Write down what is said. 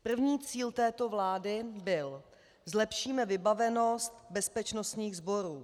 První cíl této vlády byl: zlepšíme vybavenost bezpečnostních sborů.